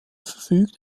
verfügt